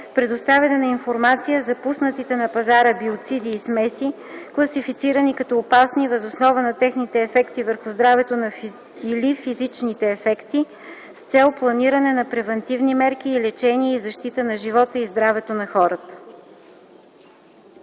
предоставяне на информация за пуснатите на пазара биоциди и смеси, класифицирани като опасни въз основа на техните ефекти върху здравето или физичните ефекти, с цел планиране на превантивни мерки и лечение и защита на живота и здравето на хората.”